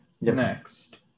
next